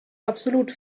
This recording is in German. absolut